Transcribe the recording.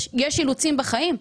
יש אילוצים בחיים.